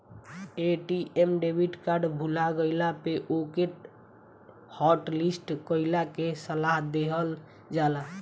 ATM debit card भूला गईला पे ओके हॉटलिस्ट कईला के सलाह देहल जाला